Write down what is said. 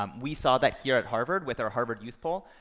um we saw that here at harvard with our harvard youth poll,